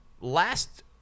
Last